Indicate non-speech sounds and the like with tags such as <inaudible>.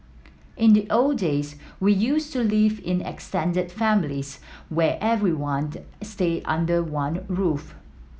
in the old days we used to live in extended families where everyone <unintelligible> stayed under one roof